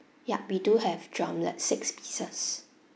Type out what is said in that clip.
yup we do have drumlet six pieces